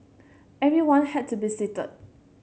everyone had to be seated